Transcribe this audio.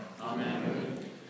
Amen